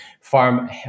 farm